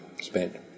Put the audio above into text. spent